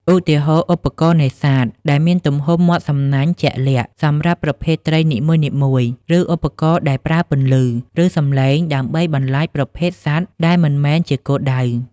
ឧទាហរណ៍ ឧបករណ៍នេសាទដែលមានទំហំមាត់សំណាញ់ជាក់លាក់សម្រាប់ប្រភេទត្រីនីមួយៗ ឬឧបករណ៍ដែលប្រើពន្លឺ ឬសំឡេងដើម្បីបន្លាចប្រភេទសត្វដែលមិនមែនជាគោលដៅ។